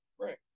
Right